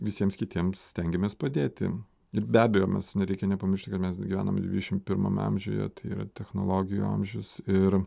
visiems kitiems stengiamės padėti ir be abejo mes nereikia nepamiršti kad mes gyvename dvidešim pirmame amžiuje tai yra technologijų amžius ir